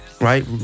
right